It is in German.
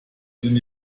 sind